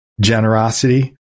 generosity